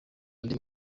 andi